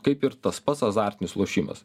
kaip ir tas pats azartinis lošimas